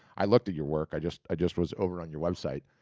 i looked at your work, i just just was over on your website.